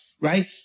right